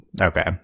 Okay